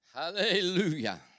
Hallelujah